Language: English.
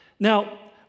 Now